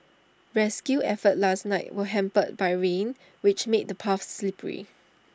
rescue efforts last night were hampered by rain which made the paths slippery